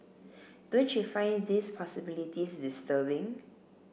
don't you find these possibilities disturbing